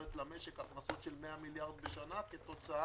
מאפשרת למשק הכנסות של 100 מיליארד בשנה כתוצאה